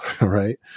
Right